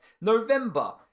November